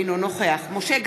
אינו נוכח משה גפני,